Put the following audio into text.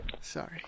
Sorry